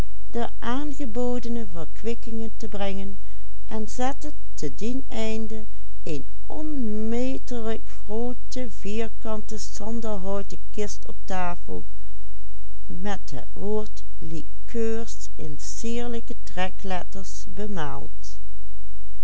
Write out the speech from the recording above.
op tafel met het woord liqueurs in sierlijke trekletters